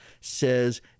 says